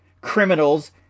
criminals